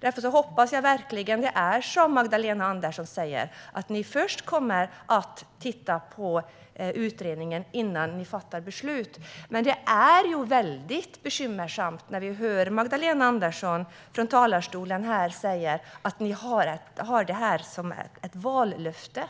Därför hoppas jag verkligen att det är som Magdalena Andersson säger, att ni först kommer att titta på utredningen innan ni fattar beslut. Men det är väldigt bekymmersamt när vi hör Magdalena Andersson säga i talarstolen att ni har det här som ett vallöfte.